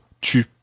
tu